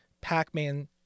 Pac-Man